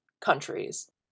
countries